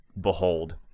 behold